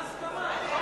מסי העירייה ומסי הממשלה (פיטורין)